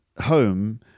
home